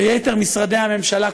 ויתר משרדי הממשלה,